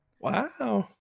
Wow